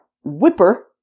whipper